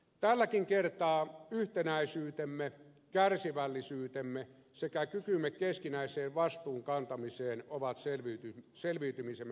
tälläkin kertaa yhtenäisyytemme kärsivällisyytemme sekä kykymme keskinäiseen vastuunkantamiseen ovat selviytymisemme avaimia